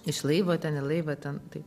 iš laivo ten į laivą ten tai